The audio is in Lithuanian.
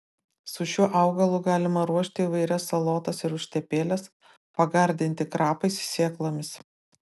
su šiuo augalu galima ruošti įvairias salotas ir užtepėles pagardinti krapais sėklomis